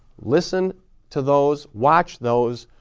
listen to those, watch those,